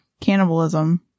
cannibalism